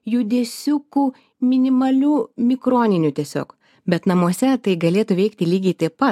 judesiukų minimalių mikroninių tiesiog bet namuose tai galėtų veikti lygiai taip pat